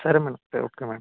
సరే madam okay madam